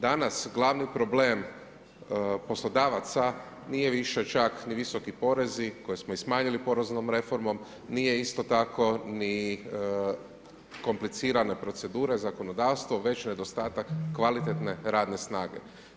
Danas glavni problem poslodavaca nije više čak ni visoki porezi, koje smo i smanjili poreznom reformom, nije isto tako ni komplicirana procedura zakonodavstva, već nedostatak kvalitetne radne snage.